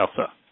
Elsa